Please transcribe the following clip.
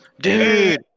Dude